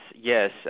Yes